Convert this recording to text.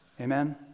Amen